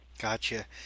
Gotcha